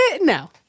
No